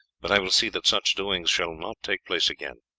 but i will see that such doings shall not take place again.